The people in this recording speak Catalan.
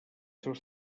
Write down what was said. seus